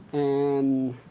and